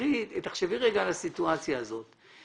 תחשבי רגע על הסיטואציה הזאת.